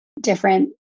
different